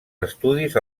estudis